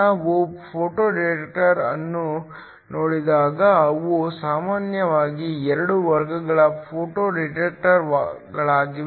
ನಾವು photo detector ಅನ್ನು ನೋಡಿದಾಗ ಅವು ಸಾಮಾನ್ಯವಾಗಿ 2 ವರ್ಗಗಳ ಫೋಟೋ ಡಿಟೆಕ್ಟರ್ಗಳಾಗಿವೆ